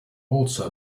also